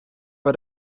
bei